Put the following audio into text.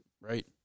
Right